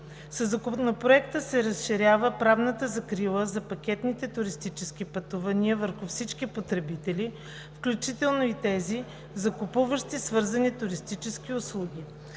Със Законопроекта се разширява правната закрила за пакетните туристически пътувания върху всички потребители, включително и тези, закупуващи свързани туристически услуги.